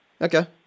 Okay